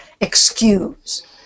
excuse